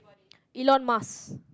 Elon-Musk